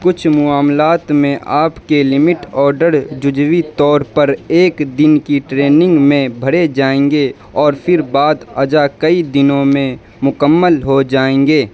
کچھ معاملات میں آپ کے لمٹ آرڈر جزوی طور پر ایک دن کی ٹریننگ میں بھرے جائیں گے اور پھر بعد اذاں کئی دنوں میں مکمل ہو جائیں گے